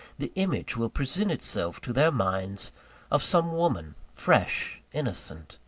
the image will present itself to their minds of some woman, fresh, innocent,